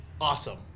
awesome